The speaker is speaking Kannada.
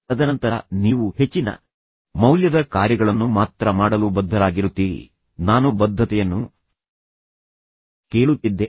ತದನಂತರ ನೀವು ಹೆಚ್ಚಿನ ಮೌಲ್ಯದ ಕಾರ್ಯಗಳನ್ನು ಮಾತ್ರ ಮಾಡಲು ಬದ್ಧರಾಗಿರುತ್ತೀರಿ ನಾನು ಬದ್ಧತೆಯನ್ನು ಕೇಳುತ್ತಿದ್ದೆ